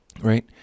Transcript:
right